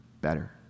better